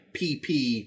PP